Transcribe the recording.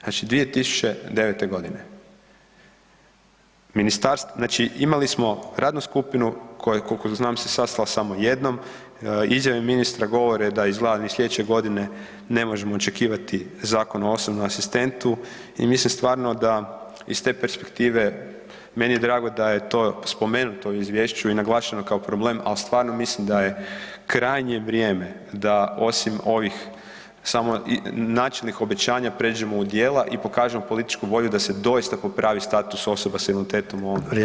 Znači 2009. godine znači imali smo radnu skupinu koja je koliko znam sastala se samo jednom, izjave ministra govore da izgleda ni sljedeće godine ne možemo očekivati Zakon o osobnom asistentu i mislim stvarno da iz te perspektive meni je drago da je to spomenuto u izvješću i naglašeno kao problem, ali stvarno mislim da je krajnje vrijeme da osim ovih načelnih obećanja pređemo u djela i pokažemo političku volju da se doista popravi status osoba s invaliditetom u ovom … društvu.